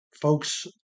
folks